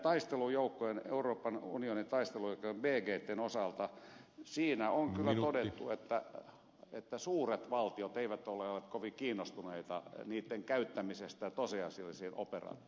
näitten euroopan unionin taistelujoukkojen bgitten osalta siinä on kyllä todettu että suuret valtiot eivät ole olleet kovin kiinnostuneita niitten käyttämisestä tosiasiallisiin operaatioihin